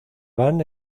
van